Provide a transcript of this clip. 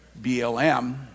BLM